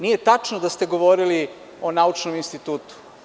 Nije tačno da ste govorili o naučnom institutu.